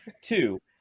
Two